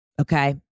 Okay